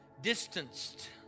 distanced